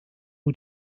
who